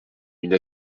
une